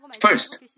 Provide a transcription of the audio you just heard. first